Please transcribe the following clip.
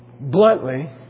bluntly